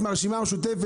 מן הרשימה המשותפת,